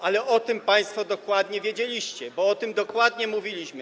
Ale o tym państwo dokładnie wiedzieliście, bo o tym dokładnie mówiliśmy.